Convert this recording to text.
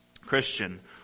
Christian